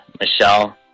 Michelle